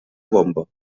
bombo